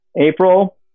April